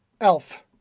Elf